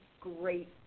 great